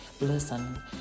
listen